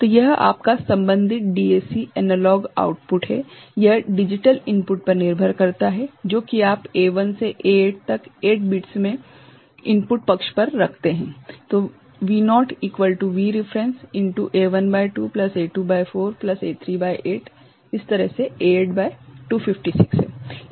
तो यह आपका संबंधित डीएसी एनालॉग आउटपुट है यह डिजिटल इनपुट पर निर्भर करता है जो की आप A1 से A8 तक 8 बिट्स में इनपुट पक्ष पर रखते हैं